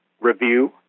review